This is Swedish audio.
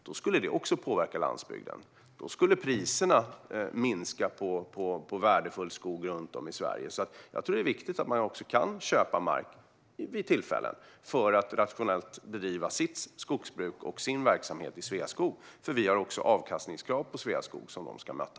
Då skulle priserna minska på värdefull skog runt om i Sverige. Jag tror alltså att det är viktigt att Sveaskog också kan köpa mark vid tillfällen för att rationellt bedriva sitt skogsbruk och sin verksamhet, för vi har också avkastningskrav på Sveaskog som de ska möta.